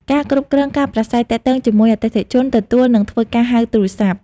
ការគ្រប់គ្រងការប្រាស្រ័យទាក់ទងជាមួយអតិថិជន ទទួល និងធ្វើការហៅទូរស័ព្ទ។